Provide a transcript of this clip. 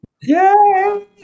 Yay